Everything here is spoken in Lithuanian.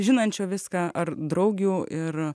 žinančio viską ar draugių ir